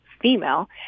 female